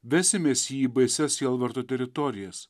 vesimės į baisias sielvarto teritorijas